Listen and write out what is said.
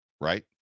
right